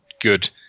good